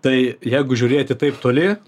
tai jeigu žiūrėti taip toli